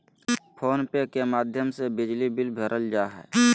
phone पे के माध्यम से बिजली बिल भरल जा हय